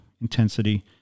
intensity